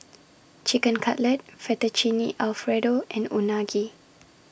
Chicken Cutlet Fettuccine Alfredo and Unagi